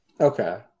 Okay